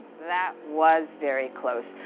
that was very close.